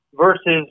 versus